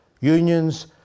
unions